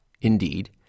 Indeed